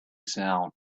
sound